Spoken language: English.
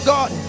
God